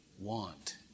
want